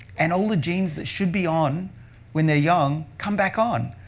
and all the genes that should be on when they're young come back on,